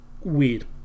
weird